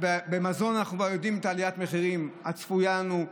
במזון אנחנו כבר מכירים את עליית המחירים הצפויה לנו,